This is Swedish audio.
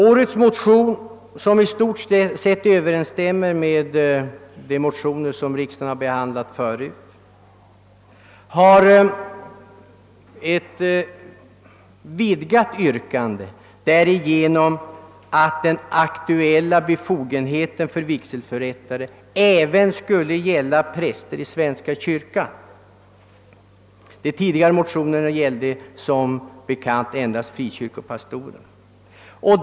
Årets motion, som i stort sett överensstämmer med de motioner som riksdagen tidigare behandlat, har ett vidgat yrkande därigenom att den aktuella befogenheten för vigselförrättare även skulle gälla präster i svenska kyrkan. De tidigare motionerna gällde som bekant endast frikyrkopastorer.